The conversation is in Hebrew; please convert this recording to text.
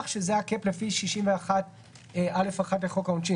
לפי סעיף 61(א)(1) לחוק העונשין,